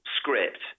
script